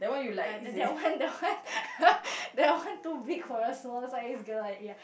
uh that one that one that one too big for a small size girl like me ya